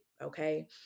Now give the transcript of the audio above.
Okay